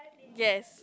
yes